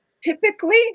typically